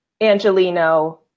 Angelino